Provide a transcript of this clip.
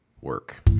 work